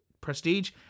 Prestige